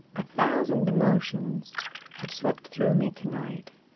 a thousand emotions have swept through me to-night.